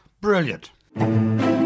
Brilliant